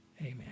Amen